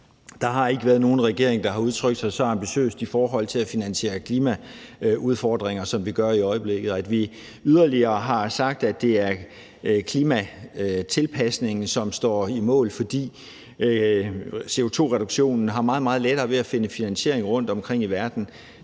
Der har ikke været nogen regering, der har udtrykt sig så ambitiøst i forhold til at finansiere klimaudfordringer, som vi gør i øjeblikket. Og at vi yderligere har sagt, at det er klimatilpasningen, som står i mål, fordi CO2-reduktionen har meget, meget lettere ved at finde finansiering rundtomkring i verden,